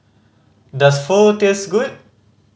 does Pho taste good